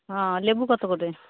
হাঁ লেবু কত করে